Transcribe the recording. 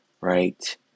right